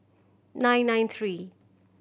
nine nine three